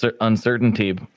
uncertainty